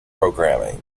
programming